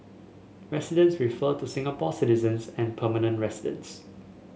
residents refer to Singapore citizens and permanent residents